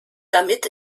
damit